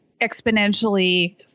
exponentially